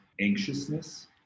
anxiousness